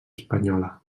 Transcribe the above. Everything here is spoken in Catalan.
espanyola